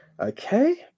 Okay